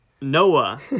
Noah